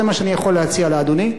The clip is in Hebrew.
זה מה שאני יכול להציע לאדוני,